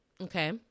Okay